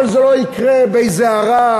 אבל זה לא יקרה באיזו הארה,